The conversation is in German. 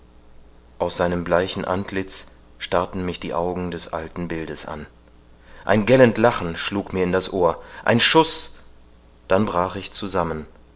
aus seinem bleichen antlitz starrten mich die augen des alten bildes an ein gellend lachen schlug mir in das ohr ein schuß dann brach ich zusammen